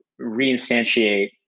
reinstantiate